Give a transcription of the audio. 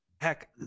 heck